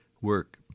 work